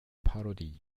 parodie